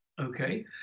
okay